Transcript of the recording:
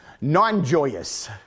non-joyous